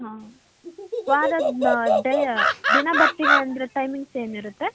ಹಾಂ ವಾರದ ಡೇ ದಿನ ಬರ್ತೀವಿ ಅಂದರೆ ಟೈಮಿಂಗ್ಸ್ ಏನಿರತ್ತೆ